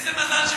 איזה מזל שביקשת,